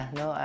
no